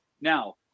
Now